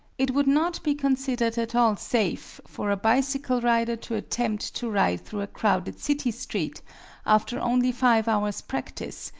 it would not be considered at all safe for a bicycle rider to attempt to ride through a crowded city street after only five hours' practice,